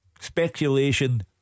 speculation